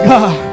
God